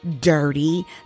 dirty